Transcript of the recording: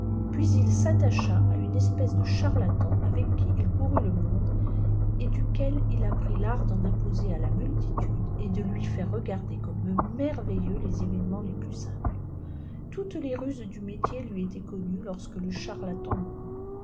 puis il s'attacha à une espèce de charlatan avec qui il courut le monde et duquel if apprit l'art d'en imposer à la multitude et de lui faire regjirder comme merveilleux le événemts les plus simples toutes les ruçes du métier lui étaient connues lorsque le charlatan